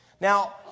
Now